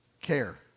care